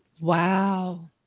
Wow